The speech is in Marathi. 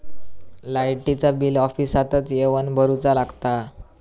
लाईटाचा बिल ऑफिसातच येवन भरुचा लागता?